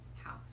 house